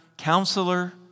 Counselor